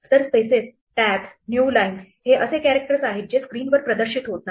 तर spaces tabs new lines हे असे कॅरेक्टर्स आहेत जे स्क्रीनवर प्रदर्शित होत नाही